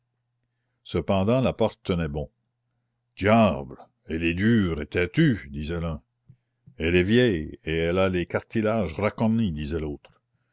cependant la porte tenait bon diable elle est dure et têtue disait l'un elle est vieille et elle a les cartilages racornis disait l'autre